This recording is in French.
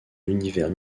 l’univers